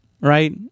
right